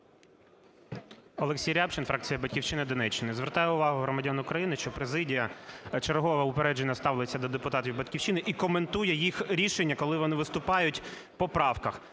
Олексій Рябчин, фракція "Батьківщина", Донеччина. Звертаю увагу громадян України, що президія вчергове упереджено ставиться до депутатів "Батьківщини" і коментує їх рішення, коли вони виступають по правках.